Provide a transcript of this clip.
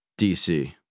DC